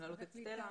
להעלות את משרד החוץ.